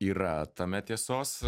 yra tame tiesos